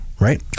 right